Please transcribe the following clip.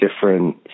different